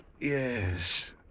Yes